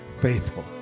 faithful